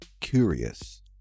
Curious